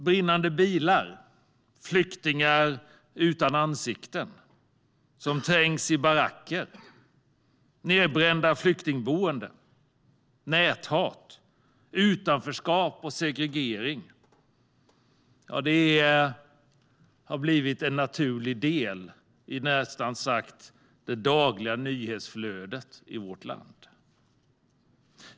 Brinnande bilar, flyktingar utan ansikten som trängs i baracker, nedbrända flyktingboenden, näthat, utanförskap och segregering har blivit en nästan naturlig del i det dagliga nyhetsflödet i vårt land.